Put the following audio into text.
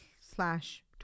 slash